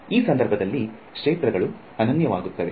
ಈ ಸಂದರ್ಭದಲ್ಲಿ ಕ್ಷೇತ್ರಗಳು ಅನನ್ಯವಾಗುತ್ತವೆ